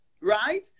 right